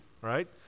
right